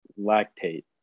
lactate